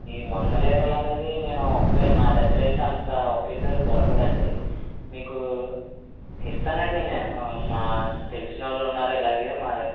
ఈ వందలీటర్లు అనేవి నేను ఒక్కే నా దగ్గర అయితే అంతా ఒక్కే సారి దొరకదండి మీకు ఇస్తానండి నేను మా తెలిసిన వాళ్ళు ఉన్నారు ఇలాగే